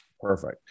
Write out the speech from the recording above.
Perfect